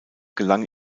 gelang